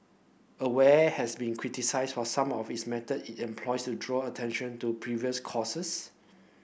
aware has been criticised for some of is methods it employs to draw attention to previous causes